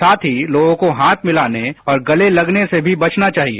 साथ ही लोगों को हाथ मिलाने और गले लगने से भी बचना चाहिए